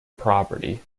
property